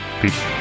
peace